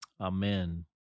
Amen